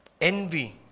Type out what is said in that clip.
Envy